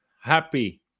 happy